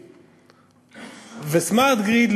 וסמרט-גריד,